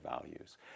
values